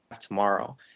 tomorrow